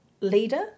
leader